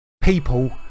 people